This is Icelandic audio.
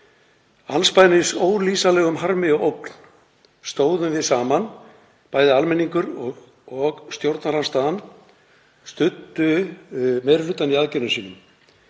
Andspænis ólýsanlegum harmi og ógn stóðum við saman og bæði almenningur og stjórnarandstaðan studdu meiri hlutann í aðgerðum sínum.